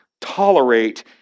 tolerate